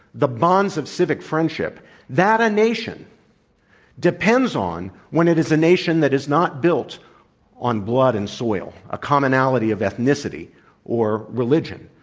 the bonds of civic friendship that a nation depends on when it is a nation that is not built on blood and soil, a commonality of ethnicity or religion,